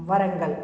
Warangal